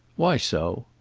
why so?